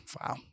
Wow